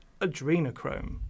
adrenochrome